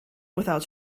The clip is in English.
without